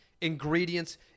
ingredients